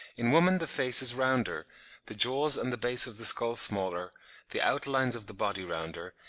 in woman the face is rounder the jaws and the base of the skull smaller the outlines of the body rounder,